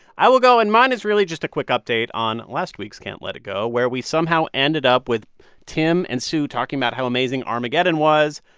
i will go. and mine is really just a quick update on last week's can't let it go, where we somehow ended up with tim and sue talking about how amazing armageddon was.